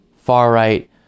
far-right